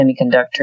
semiconductor